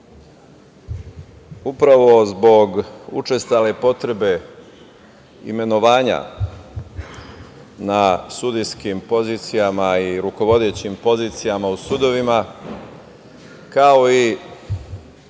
upravo zbog učestale potrebe imenovanja na sudijskim pozicijama i rukovodećim pozicijama u sudovima, kao i